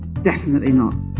definitely not.